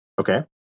okay